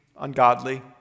ungodly